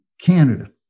Canada